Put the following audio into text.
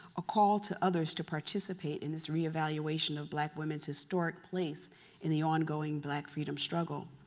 a call to others to participate in this re-evaluation of black women's historic place in the ongoing black freedom struggle.